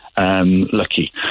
Lucky